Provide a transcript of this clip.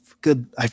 good